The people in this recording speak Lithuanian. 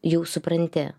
jau supranti